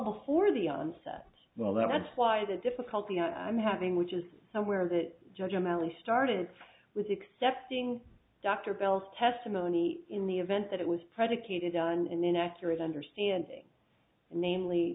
before the onset well that's why the difficulty i'm having which is somewhere that judge amount we started with accepting doctor bills testimony in the event that it was predicated on and then accurate understanding namely